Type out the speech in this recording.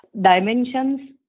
dimensions